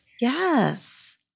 Yes